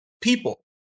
people